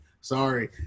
sorry